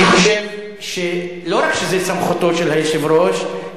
אני חושב שלא רק שזו סמכותו של היושב-ראש,